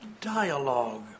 dialogue